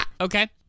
okay